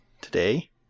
today